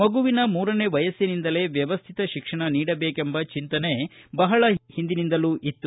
ಮಗುವಿನ ಮೂರನೇ ವಯಸ್ಸಿನಿಂದಲೇ ವ್ಯವಸ್ಟಿತ ಶಿಕ್ಷಣ ನೀಡಬೇಕೆಂಬ ಚಿಂತನೆ ಬಹಳ ದಿನಗಳ ಒಂದಿನಿಂದಲೂ ಇತ್ತು